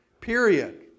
Period